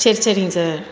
சரி சரிங்க சார்